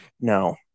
no